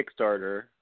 kickstarter